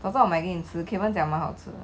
早知道我买给你吃 keven 讲蛮好吃的